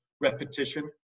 repetition